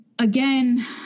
again